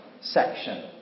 section